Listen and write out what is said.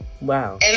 Wow